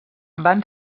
van